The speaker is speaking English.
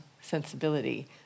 sensibility